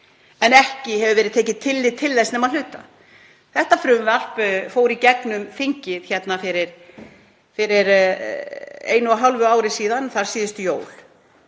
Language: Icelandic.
en ekki hefur verið tekið tillit til þess nema að hluta.“ Þetta frumvarp fór í gegnum þingið fyrir einu og hálfu ári, um þarsíðustu jól.